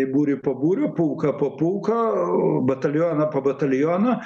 būrį po būrio pulką po pulko batalioną po bataliono